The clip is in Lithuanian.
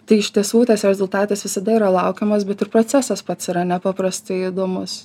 tai iš tiesų tas rezultatas visada yra laukiamas bet ir procesas pats yra nepaprastai įdomus